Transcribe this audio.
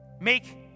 make